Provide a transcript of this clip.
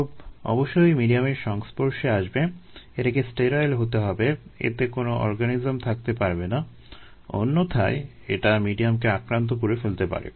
probe অবশ্যই মিডিয়ামের সংস্পর্শে আসবে এটিকে স্টেরাইল হতে হবে এতে কোনো অর্গানিজম থাকতে পারবে না অন্যথ্যায় এটা মিডিয়ামকে আক্রান্ত করে ফেলতে পারে